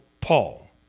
Paul